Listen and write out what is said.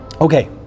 Okay